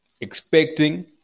expecting